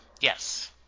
Yes